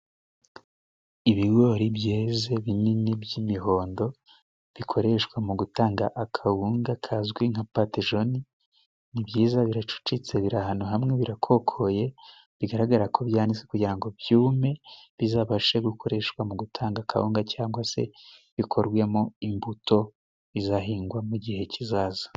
Ibigori byeze binini by'imihondo. Bikoreshwa mu gutanga akawunga kazwi nka patejoni. Ni byiza biracucitse birahantu hamwe birakokoye, bigaragara ko byanitse kugira ngo byume, bizabashe gukoreshwa mu gutanga kawunga, cyangwa se bikorwemo imbuto bizahingwe mu gihe kizaza.